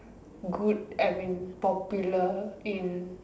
good I mean popular in